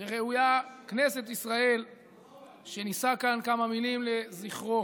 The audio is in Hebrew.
וראויה כנסת ישראל שנישא כאן כמה מילים לזכרו